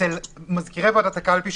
מזכירי ועדת הקלפי,